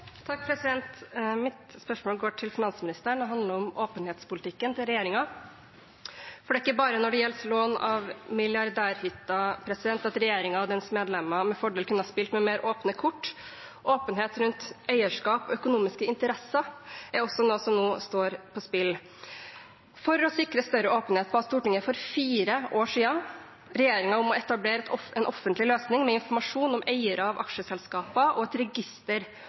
at regjeringen og dens medlemmer med fordel kunne ha spilt med mer åpne kort. Åpenhet rundt eierskap og økonomiske interesser er også noe som nå står på spill. For å sikre større åpenhet ba Stortinget for fire år siden regjeringen om å etablere en offentlig løsning med informasjon om eiere av aksjeselskaper og et register